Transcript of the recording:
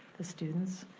the students.